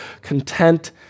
content